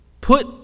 put